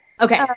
Okay